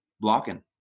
blocking